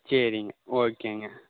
சரிங்க ஓகேங்க